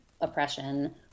oppression